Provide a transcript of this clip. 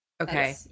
Okay